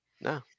No